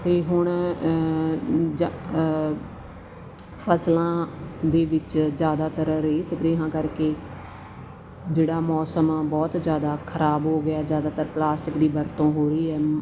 ਅਤੇ ਹੁਣ ਜ ਫਸਲਾਂ ਦੇ ਵਿੱਚ ਜ਼ਿਆਦਾਤਰ ਰੇਹ ਸਪਰੇਆਂ ਕਰਕੇ ਜਿਹੜਾ ਮੌਸਮ ਬਹੁਤ ਜ਼ਿਆਦਾ ਖਰਾਬ ਹੋ ਗਿਆ ਜ਼ਿਆਦਾਤਰ ਪਲਾਸਟਿਕ ਦੀ ਵਰਤੋਂ ਹੋ ਰਹੀ ਹੈ